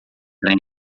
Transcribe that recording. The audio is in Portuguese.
trem